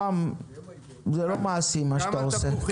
רם, רם, זה לא מעשי מה שאתה עושה.